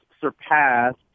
surpassed